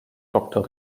doktor